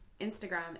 Instagram